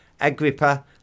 Agrippa